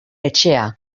etxea